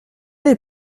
des